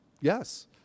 Yes